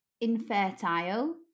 infertile